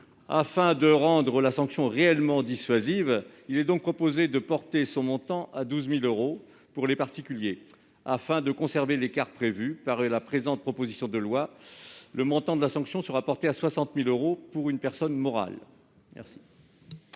Afin de rendre la sanction réellement dissuasive, il est donc proposé de porter son montant à 12 000 euros pour les particuliers. Afin de conserver l'écart prévu par le texte, ce même montant serait fixé à 60 000 euros pour une personne morale.